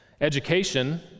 Education